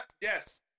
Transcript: Yes